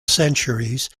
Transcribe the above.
centuries